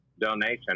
donation